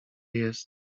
jest